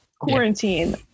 Quarantine